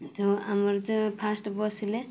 ତ ଆମର ତ ଫାଷ୍ଟ୍ ବସିଲେ